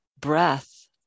breath